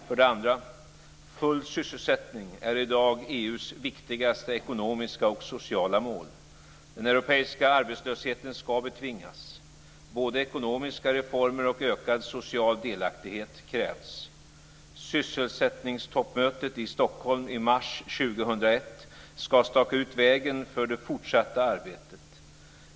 För det andra: Full sysselsättning är i dag EU:s viktigaste ekonomiska och sociala mål. Den europeiska arbetslösheten ska betvingas. Både ekonomiska reformer och ökad social delaktighet krävs. Sysselsättningstoppmötet i Stockholm i mars 2001 ska staka ut vägen för det fortsatta arbetet.